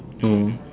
oh